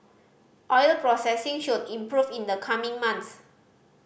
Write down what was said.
oil processing should improve in the coming months